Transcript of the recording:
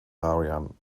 marian